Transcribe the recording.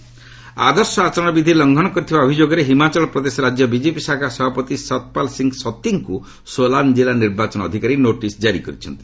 HP notice ଆଦର୍ଶ ଆଚରଣ ବିଧି ଲଙ୍ଘନ କରିଥିବା ଅଭିଯୋଗରେ ହିମାଚଳ ପ୍ରଦେଶ ରାଜ୍ୟ ବିଜେପି ଶାଖା ସଭାପତି ଶତ୍ପାଲ୍ ସିଂହ ସଭିଙ୍କୁ ସୋଲାନ୍ ଜିଲ୍ଲା ନିର୍ବାଚନ ଅଧିକାରୀ ନୋଟିସ୍ ଜାରି କରିଛନ୍ତି